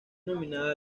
nominada